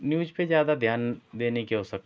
news पर ज़्यादा ध्यान देने की आवश्यकता नहीं है